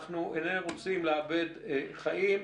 אנחנו איננו רוצים לאבד חיים,